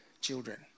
children